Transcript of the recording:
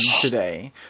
today